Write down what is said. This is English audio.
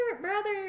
brother